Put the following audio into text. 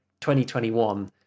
2021